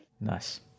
Nice